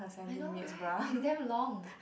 I know right it's damn long